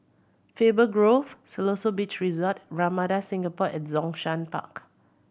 Faber Grove Siloso Beach Resort and Ramada Singapore at Zhongshan Park